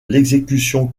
l’exécution